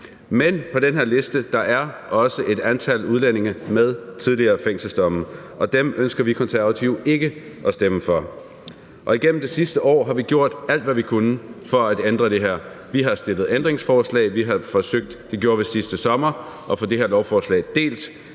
Men på den her liste er også et antal udlændinge med tidligere fængselsdomme, og dem ønsker vi Konservative ikke at stemme for. Igennem det sidste år har vi gjort alt, hvad vi kunne, for at ændre det her. Vi har stillet ændringsforslag – det gjorde vi sidste sommer. Vi har forsøgt at få det her lovforslag delt.